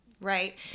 right